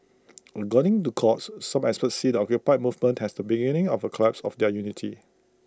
according to Quartz some experts see the occupy movement has the beginning of A collapse of their unity